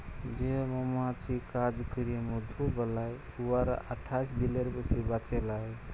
যে মমাছি কাজ ক্যইরে মধু বালাই উয়ারা আঠাশ দিলের বেশি বাঁচে লায়